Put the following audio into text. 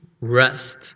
rest